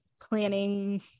planning